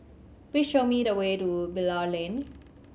please show me the way to Bilal Lane